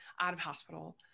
out-of-hospital